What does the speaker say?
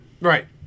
right